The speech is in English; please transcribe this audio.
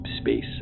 space